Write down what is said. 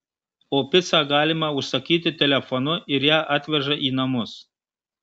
o picą galima užsakyti telefonu ir ją atveža į namus